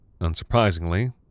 unsurprisingly